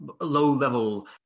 low-level